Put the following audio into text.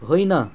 होइन